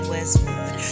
Westwood